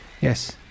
Yes